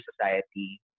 society